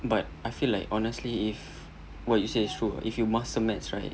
but I feel like honestly if what you said is true if you master maths right